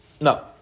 no